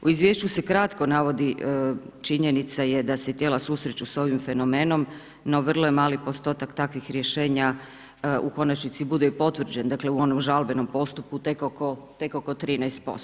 U izvješću se kratko navodi, činjenica je da se tijela susreću sa ovim fenomenom, no vrlo je mali postotak takvih rješenja, u konačnici bude i potvrđen, dakle u onom žalbenom postupku tek oko 13%